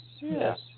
yes